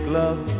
love